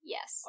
Yes